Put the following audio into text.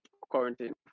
quarantine